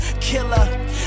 killer